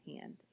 hand